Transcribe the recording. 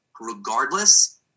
regardless